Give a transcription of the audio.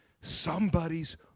somebody's